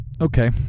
okay